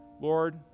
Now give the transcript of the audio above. Lord